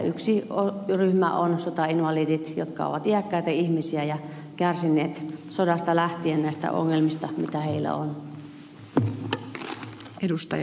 yksi ryhmä on sotainvalidit jotka ovat iäkkäitä ihmisiä ja kärsineet sodasta lähtien näistä ongelmista mitä heillä on